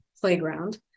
playground